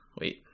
Wait